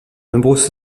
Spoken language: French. nombreuses